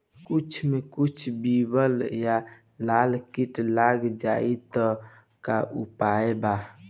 कद्दू मे कद्दू विहल या लाल कीट लग जाइ त का उपाय बा?